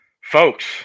Folks